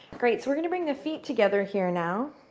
great. so, we're going to bring the feet together here now